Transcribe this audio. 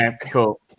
cool